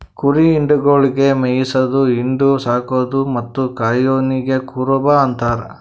ಕುರಿ ಹಿಂಡುಗೊಳಿಗ್ ಮೇಯಿಸದು, ಹಿಂಡು, ಸಾಕದು ಮತ್ತ್ ಕಾಯೋನಿಗ್ ಕುರುಬ ಅಂತಾರ